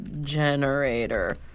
generator